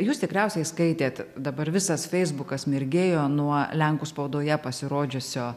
jūs tikriausiai skaitėt dabar visas feisbukas mirgėjo nuo lenkų spaudoje pasirodžiusio